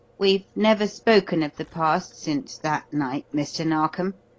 we've never spoken of the past since that night, mr. narkom,